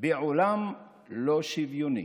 בעולם לא שוויוני,